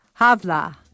havla